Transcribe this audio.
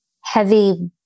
heavy